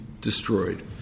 destroyed